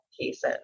cases